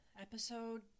Episode